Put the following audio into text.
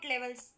levels